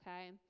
okay